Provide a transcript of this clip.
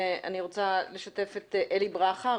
אני רוצה לשתף את אלי ברכה,